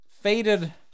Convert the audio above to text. faded